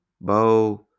Bo